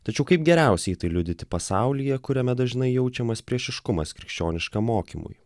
tačiau kaip geriausiai tai liudyti pasaulyje kuriame dažnai jaučiamas priešiškumas krikščioniškam mokymui